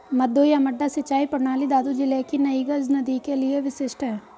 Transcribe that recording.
मद्दू या मड्डा सिंचाई प्रणाली दादू जिले की नई गज नदी के लिए विशिष्ट है